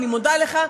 אני מודה לך.